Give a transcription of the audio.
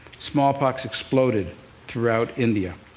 smallpox exploded throughout india.